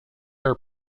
are